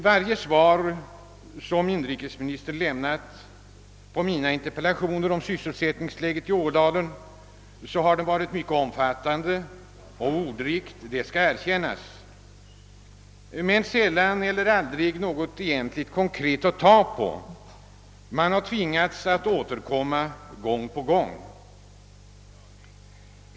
Varje svar som inrikesministern lämnat på mina interpellationer om sysselsättningsläget i Ådalen har varit omfattande och ordrikt — det skall erkännas — men sällan eller aldrig har det funnits något egentligt konkret att ta på. Man har tvingats att återkomma gång på gång.